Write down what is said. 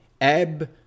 AB